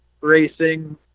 racing